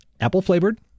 Apple-flavored